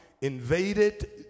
invaded